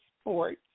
Sports